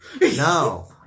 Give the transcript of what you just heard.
No